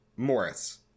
Morris